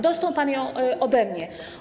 Dostał pan ją ode mnie.